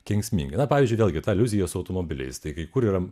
kenksminga pavyzdžiui elgeta aliuzijos automobilistai kai kur yra